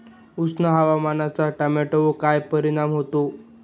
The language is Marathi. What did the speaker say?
उष्ण हवामानाचा टोमॅटोवर काय परिणाम होतो?